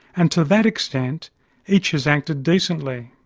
and to that extent each has acted decently.